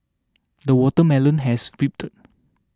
the watermelon has ripened